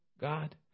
God